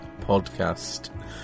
Podcast